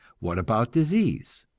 what about disease?